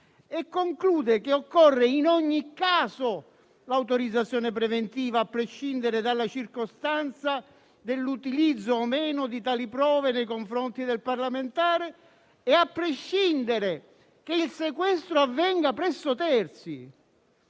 e conclude che occorre in ogni caso l'autorizzazione preventiva, a prescindere dalla circostanza dell'utilizzo o meno di tali prove nei confronti del parlamentare e a prescindere dal fatto che il sequestro avvenga presso terzi.